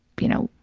you know,